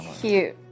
Cute